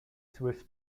swiss